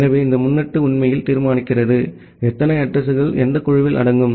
எனவே இந்த முன்னொட்டு உண்மையில் தீர்மானிக்கிறது எத்தனை அட்ரஸிங்கள் எந்த குழுவில் அடங்கும்